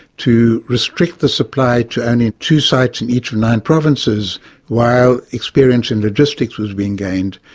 to restrict the supply to only two sites in each of nine provinces while experience in the district was being gained,